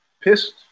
pissed